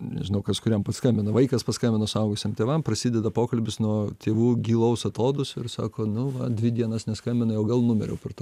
nežinau kas kuriam paskambina vaikas paskambina suaugusiem tėvam prasideda pokalbis nuo tėvų gilaus atodūsio ir sako nu va dvi dienas neskambinai o gal numiriau per tą